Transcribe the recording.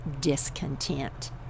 discontent